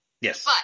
Yes